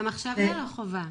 גם עכשיו זה לא חובה.